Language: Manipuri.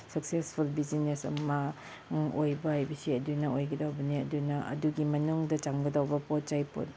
ꯁꯛꯁꯦꯁꯐꯨꯜ ꯕꯤꯖꯤꯅꯦꯁ ꯑꯃ ꯑꯣꯏꯕ ꯍꯥꯏꯕꯁꯦ ꯑꯗꯨꯅ ꯑꯣꯏꯒꯗꯧꯕꯅꯦ ꯑꯗꯨꯅ ꯑꯗꯨꯒꯤ ꯃꯅꯨꯡꯗ ꯆꯪꯒꯗꯧꯕ ꯄꯣꯠ ꯆꯩ